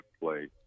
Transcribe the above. play